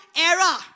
era